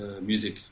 music